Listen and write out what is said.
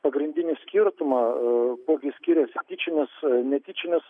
pagrindinį skirtumą kuo gi skiriasi tyčinis netyčinis